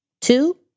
two